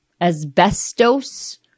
asbestos